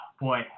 boy